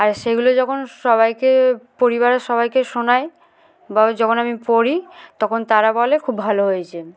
আর সেগুলো যখন সবাইকে পরিবারের সবাইকে শোনাই বা যখন আমি পড়ি তখন তারা বলে খুব ভালো হয়েছে